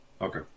Okay